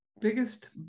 biggest